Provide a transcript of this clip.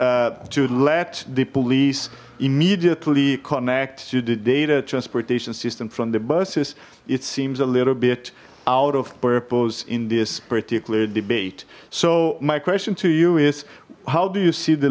but to let the police immediately connect to the data transportation system from the buses it seems a little bit out of purpose in this particular debate so my question to you is how do you see the